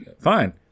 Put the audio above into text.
Fine